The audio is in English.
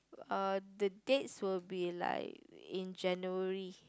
uh the dates will be like in January